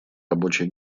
рабочей